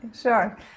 Sure